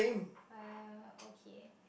uh okay